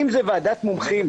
אם זה ועדת מומחים,